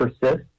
persist